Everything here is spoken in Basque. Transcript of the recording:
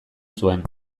zuen